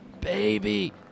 Baby